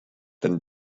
than